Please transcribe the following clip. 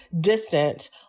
distant